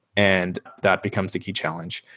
and that becomes a key challenge.